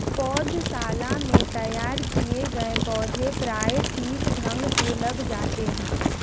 पौधशाला में तैयार किए गए पौधे प्रायः ठीक ढंग से लग जाते हैं